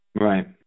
right